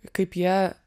kaip jie